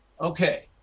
Okay